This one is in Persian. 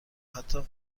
حتا